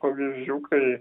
pavyzdžių kai